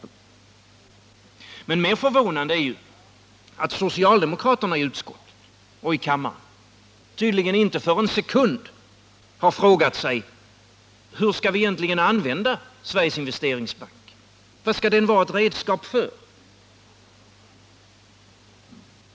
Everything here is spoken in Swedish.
Men mer förvånande är ju att socialdemokraterna i utskottet och i kammaren tydligen inte för en sekund har frågat sig: Hur skall vi egentligen använda Sveriges Investeringsbank? Vad skall den vara ett redskap för?